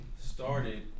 started